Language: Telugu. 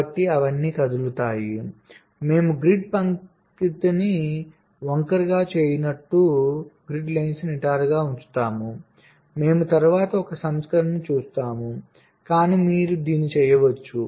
కాబట్టి అవన్నీ కలిసి కదులుతాయి మేము గ్రిడ్ పంక్తిని వంకరగా చేయనట్లు గ్రిడ్ పంక్తులను నిటారుగా ఉంచుతాము మేము తరువాత ఒక సంస్కరణను చూస్తాము కానీ మీరు దీన్ని చెయ్యవచ్చు